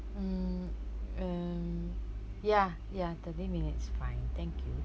mm um ya ya thirty minutes is fine thank you